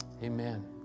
Amen